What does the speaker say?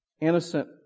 innocent